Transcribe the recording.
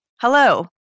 Hello